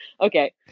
Okay